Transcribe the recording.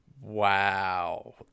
Wow